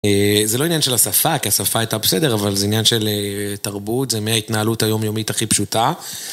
אה... זה לא עניין של השפה, כי השפה הייתה בסדר, אבל זה עניין של אה... תרבות, זה מההתנהלות היומיומית הכי פשוטה.